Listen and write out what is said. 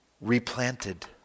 replanted